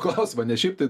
klausimą nes šiaip tai